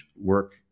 work